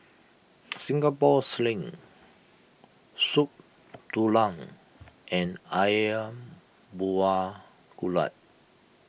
Singapore Sling Soup Tulang and Ayam Buah Keluak